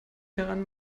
daran